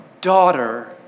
daughter